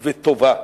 וטובה.